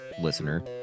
listener